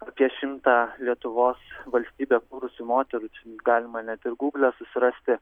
apie šimtą lietuvos valstybę kūrusių moterų galima net ir gūgle susirasti